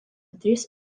tris